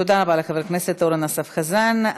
תודה לחבר הכנסת אורן אסף חזן.